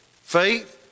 Faith